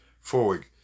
forward